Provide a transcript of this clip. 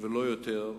ולא יותר,